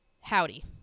howdy